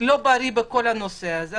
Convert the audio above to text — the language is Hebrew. לא בריא בכל הנושא הזה.